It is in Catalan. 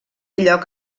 lloc